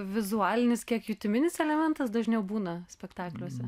vizualinis kiek jutiminis elementas dažniau būna spektakliuose